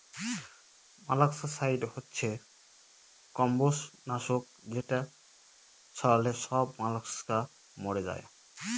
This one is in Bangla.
মোলাস্কাসাইড হচ্ছে কম্বজ নাশক যেটা ছড়ালে সব মলাস্কা মরে যায়